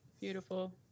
beautiful